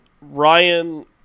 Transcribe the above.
ryan